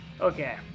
Okay